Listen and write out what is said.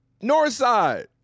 Northside